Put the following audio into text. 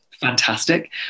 fantastic